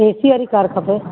एसीअ वारी कार खपे